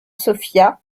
sofia